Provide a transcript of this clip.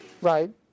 Right